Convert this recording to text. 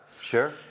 Sure